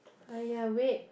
!aiya! wait